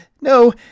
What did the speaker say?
No